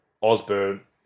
Osborne